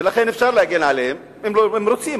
ולכן אפשר להגן עליהם, אם רוצים.